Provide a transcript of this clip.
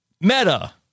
Meta